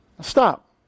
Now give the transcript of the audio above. Stop